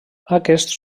aquests